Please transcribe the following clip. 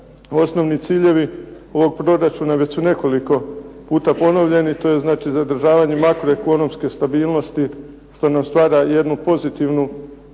Osnovni ciljevi ovog proračuna već su nekoliko puta ponovljeni. To je znači zadržavanje makroekonomske stabilnosti što nam stvara jednu pozitivnu,